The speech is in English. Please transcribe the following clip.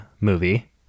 movie